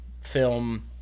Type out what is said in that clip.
film